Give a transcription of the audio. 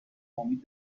امید